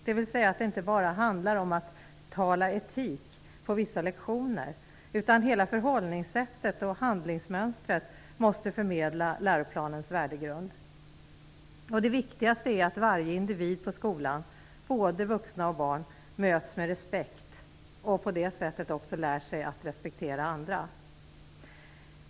Det handlar inte bara om att tala etik på vissa lektioner, utan hela förhållningssättet och handlingsmönstret måste förmedla läroplanens värdegrund. Det viktigaste är att varje individ på skolan, både vuxna och barn, möts med respekt och på det sättet också lär sig att respektera andra.